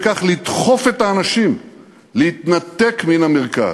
כך לדחוף את האנשים להתנתק מן המרכז.